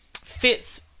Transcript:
fits